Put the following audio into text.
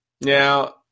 Now